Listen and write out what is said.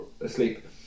asleep